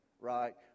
right